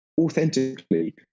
authentically